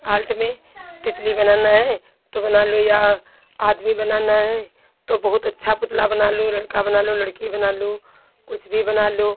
alt में तितली बनाना है तो बना लो या आदमी बनाना है तो बहुत अच्छा पुतला बना लो लड़का बना लो लड़की बना लो कुछ भी बना लो